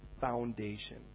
foundation